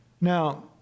Now